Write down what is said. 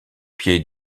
pied